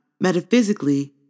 metaphysically